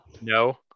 No